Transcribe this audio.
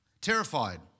terrified